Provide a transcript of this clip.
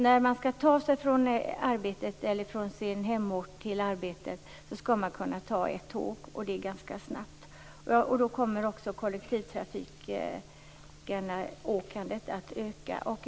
När man åker från sin hemort till arbetet skall man kunna ta ett tåg, och det skall gå ganska snabbt. Då kommer också kollektivtrafikåkandet att öka.